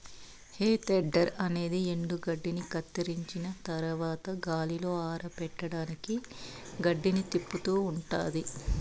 హే tedder అనేది ఎండుగడ్డిని కత్తిరించిన తరవాత గాలిలో ఆరపెట్టడానికి గడ్డిని తిప్పుతూ ఉంటాది